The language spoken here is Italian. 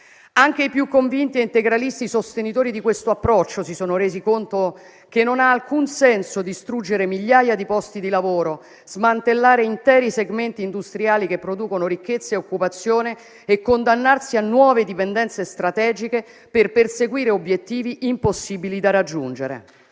Anche i più convinti e integralisti sostenitori di questo approccio si sono resi conto che non ha alcun senso distruggere migliaia di posti di lavoro, smantellare interi segmenti industriali che producono ricchezza e occupazione e condannarsi a nuove dipendenze strategiche per perseguire obiettivi impossibili da raggiungere.